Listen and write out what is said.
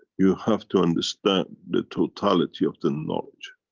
you have to understand the totality of the knowledge,